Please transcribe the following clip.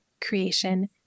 creation